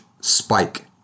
spike